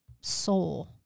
soul